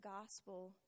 gospel